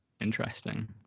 Interesting